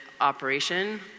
operation